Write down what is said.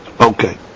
Okay